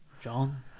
John